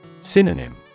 Synonym